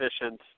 efficient